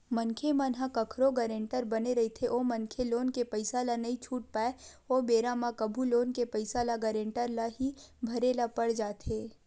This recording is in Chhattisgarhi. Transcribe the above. मनखे मन ह कखरो गारेंटर बने रहिथे ओ मनखे लोन के पइसा ल नइ छूट पाय ओ बेरा म कभू लोन के पइसा ल गारेंटर ल ही भरे ल पड़ जाथे